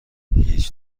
هیچ